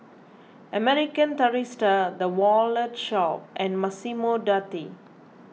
American Tourister the Wallet Shop and Massimo Dutti